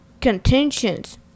contentions